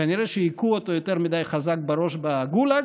כנראה הכו אותו יותר מדי חזק בראש בגולאג,